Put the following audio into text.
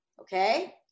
Okay